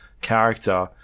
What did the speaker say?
character